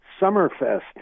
Summerfest